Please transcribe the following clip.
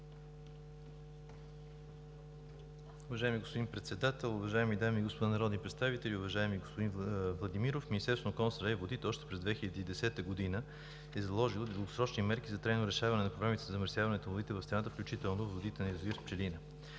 Уважаеми господин Председател, уважаеми дами и господа народни представители, уважаеми господин Владимиров! Министерството на околната среда и водите още през 2010 г. е заложило дългосрочни мерки за трайно решаване на проблемите със замърсяването на водите в страната, включително и водите на язовир „Пчелина“.